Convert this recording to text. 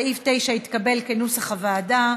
סעיף 9 התקבל כנוסח הוועדה.